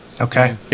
Okay